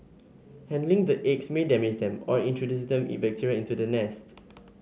handling the eggs may damage them or introduce the bacteria into the nest